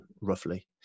roughly